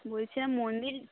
বলছিলাম মন্দির